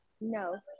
No